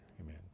Amen